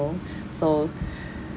so